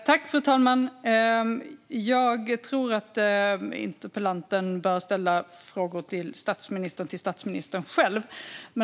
Fru talman! Jag tror att interpellanten bör ställa frågor till statsministern till statsministern själv.